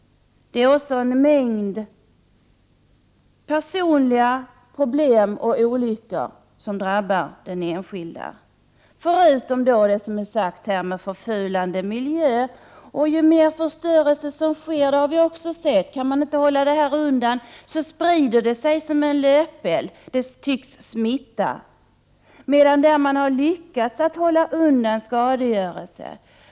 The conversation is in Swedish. Det är också en mängd personliga problem och olyckor, förutom det som har sagts om en förfulad miljö. Kan man inte hålla undan förstörelsen sprider den sig som en löpeld — det tycks smitta. På vissa håll har man däremot lyckats hålla undan skadegörelsen.